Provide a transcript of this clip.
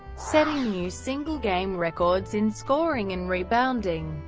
setting new single game records in scoring and rebounding.